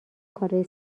کارای